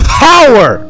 power